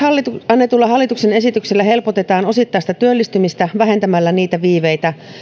annetulla hallituksen esityksellä helpotetaan osittaista työllistymistä vähentämällä niitä viiveitä